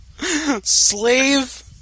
Slave